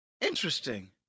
Interesting